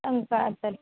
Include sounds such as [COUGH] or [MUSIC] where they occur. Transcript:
[UNINTELLIGIBLE]